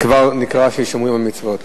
זה כבר נקרא ששומרים על מצוות.